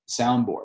soundboard